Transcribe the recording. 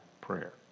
prayer